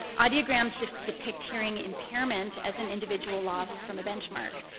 audiograms depict hearing impairment as an individual loss from a benchmark.